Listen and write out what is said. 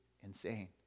insane